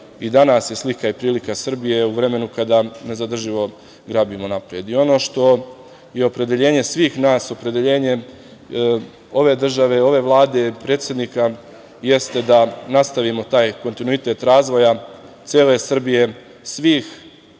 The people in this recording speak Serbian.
i danas je slika i prilika Srbije u vremenu kada nezadrživo grabimo napred. Ono što je opredeljenje svih nas, opredeljenje ove države, ove Vlade, predsednika, jeste da nastavimo taj kontinuitet razvoja cele Srbije, svih